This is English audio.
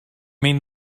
mean